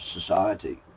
society